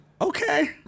okay